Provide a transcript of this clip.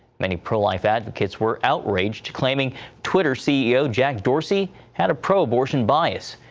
many pro-life advocates were outraged claiming twitter ceo jack dorsey had a pro-abortion bias.